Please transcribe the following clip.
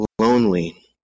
Lonely